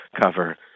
cover